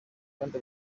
kandi